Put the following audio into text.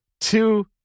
two